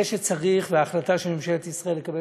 זה שצריך וההחלטה של ממשלת ישראל לקבל